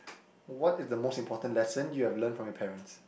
what is the most important lesson you have learnt from your parents